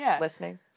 listening